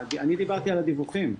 אני דיברתי על הדיווחים.